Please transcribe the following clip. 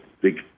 big